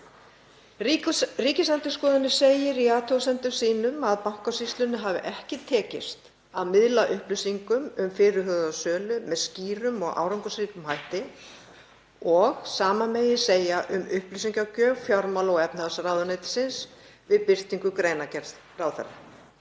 Ríkisendurskoðun segir í athugasemdum sínum að Bankasýslunni hafi ekki tekist að miðla upplýsingum um fyrirhugaða sölu með skýrum og árangursríkum hætti og sama megi segja um upplýsingagjöf fjármála- og efnahagsráðuneytisins við birtingu greinargerðar ráðherra.